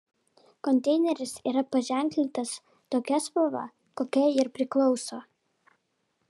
konteineris yra paženklintas tokia spalva kokia ir priklauso